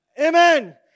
Amen